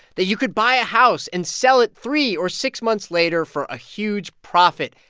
that you could buy a house and sell it three or six months later for a huge profit.